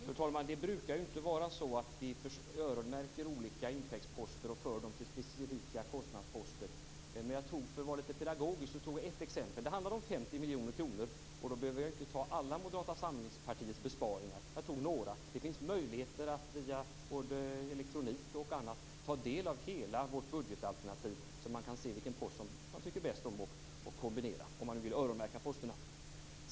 Fru talman! Det brukar inte vara så att vi öronmärker olika intäktsposter och för dem till specifika kostnadsposter. För att vara lite pedagogisk tog jag ett exempel. Det handlade om 50 miljoner, och då behövde jag inte ta alla Moderata samlingspartiets besparingar, utan jag tog några. Det finns möjlighet att via elektronik och på annat sätt ta del av hela vårt budgetalternativ, så att man kan se vilken post man tycker bäst om och hur man vill kombinera, om man vill öronmärka posterna.